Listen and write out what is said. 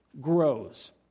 grows